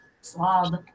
slob